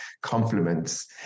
compliments